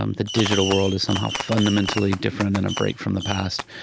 um the digital world, is somehow fundamentally different and a break from the past.